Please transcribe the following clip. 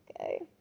okay